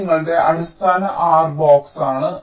ഇത് നിങ്ങളുടെ അടിസ്ഥാന R ബോക്സാണ്